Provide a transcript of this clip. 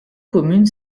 commune